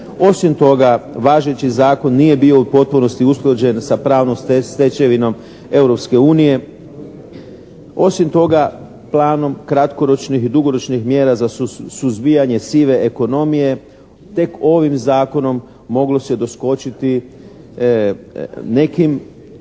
Osim toga važeći zakon nije bio u potpunosti usklađen sa pravnom stečevinom Europske unije. Osim toga planom kratkoročnih i dugoročnih mjera za suzbijanje sive ekonomije tek ovim zakonom moglo se doskočiti nekim